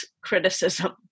criticism